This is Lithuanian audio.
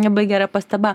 labai gera pastaba